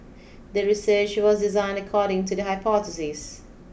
the research was designed according to the hypothesis